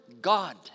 God